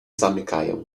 zamykają